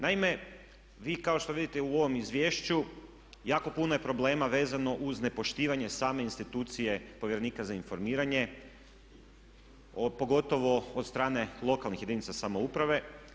Naime, vi kao što vidite u ovom izvješću jako puno je problema vezano uz nepoštivanje same institucije Povjerenika za informiranje pogotovo od strane lokalnih jedinica samouprave.